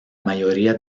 mayoría